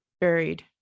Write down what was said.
buried